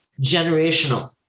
generational